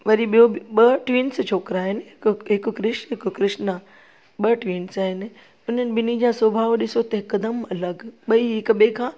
वरी ॿियो बि ॿ ट्विंस छोकिरां आहिनि हिकु हिकु कृष्ण हिकु कृष्णा ॿ ट्विंस आहिनि उन्हनि ॿिन्हिनि जा स्वभाव ॾिसो त हिकदमि अलॻि ॿई हिक ॿिए खां